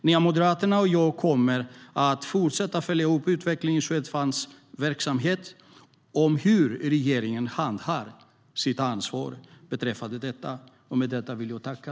Nya moderaterna och jag kommer att fortsätta följa upp utvecklingen i Swedfunds verksamhet och hur regeringen handhar sitt ansvar beträffande detta.